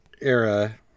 era